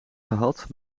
gehad